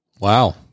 Wow